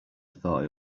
thought